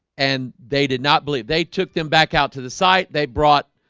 and they did not believe they took them back out to the site. they brought